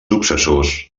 successors